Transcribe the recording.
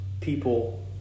people